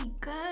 good